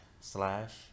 slash